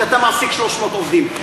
שאתה מעסיק 300 עובדים.